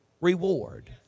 reward